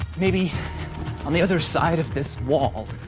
maybe on the other side of this wall?